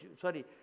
sorry